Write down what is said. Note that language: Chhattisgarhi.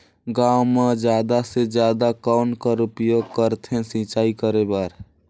गांव म जादा से जादा कौन कर उपयोग करथे सिंचाई करे बर?